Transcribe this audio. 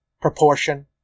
proportion